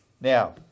Now